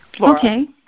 Okay